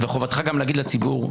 וחובתך גם להגיד לציבור,